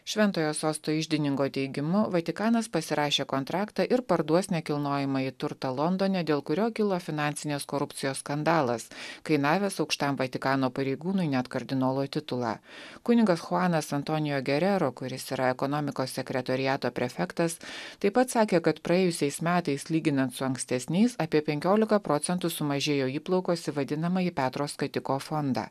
šventojo sosto iždininko teigimu vatikanas pasirašė kontraktą ir parduos nekilnojamąjį turtą londone dėl kurio kilo finansinės korupcijos skandalas kainavęs aukštam vatikano pareigūnui net kardinolo titulą kunigas chuanas antonijus gerero kuris yra ekonomikos sekretoriato prefektas taip pat sakė kad praėjusiais metais lyginant su ankstesniais apie penkiolika procentų sumažėjo įplaukos į vadinamąjį petro skatiko fondą